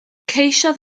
ceisiodd